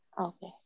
Okay